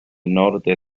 norte